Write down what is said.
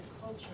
culture